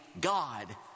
God